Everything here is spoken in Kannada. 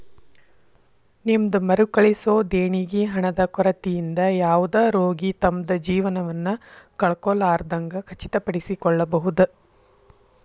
ನಿಮ್ದ್ ಮರುಕಳಿಸೊ ದೇಣಿಗಿ ಹಣದ ಕೊರತಿಯಿಂದ ಯಾವುದ ರೋಗಿ ತಮ್ದ್ ಜೇವನವನ್ನ ಕಳ್ಕೊಲಾರ್ದಂಗ್ ಖಚಿತಪಡಿಸಿಕೊಳ್ಬಹುದ್